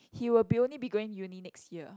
he will be only be going uni next year